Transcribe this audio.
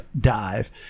dive